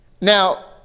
Now